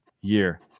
year